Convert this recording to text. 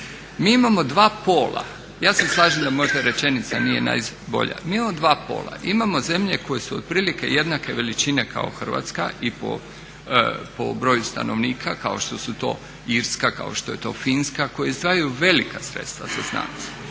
Mi imamo dva pola. Ja se slažem da možda rečenica nije najbolja. Mi imamo dva pola. Imamo zemlje koje su otprilike jednake veličine kao Hrvatska i po broju stanovnika kao što su to Irska, kao što je to Finska koje izdvajaju velika sredstva za znanost.